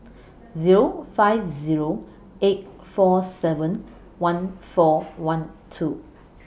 Zero five Zero eight four seven one four one two